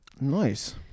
nice